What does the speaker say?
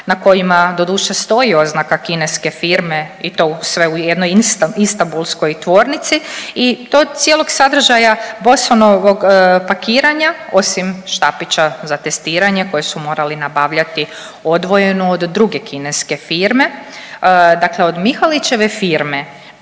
na kojima doduše stoji oznaka kineske firme i to sve u jednoj istambulskoj tvornici i to cijelog sadržaja Bosonovog pakiranja osim štapića za testiranje koje su morali nabavljati odvojeno od druge kineske firme, dakle od Mihalićeve firme